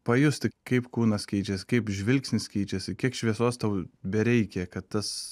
pajusti kaip kūnas keičias kaip žvilgsnis keičiasi kiek šviesos tau bereikia kad tas